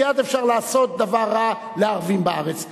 מייד אפשר לעשות דבר רע לערבים בארץ.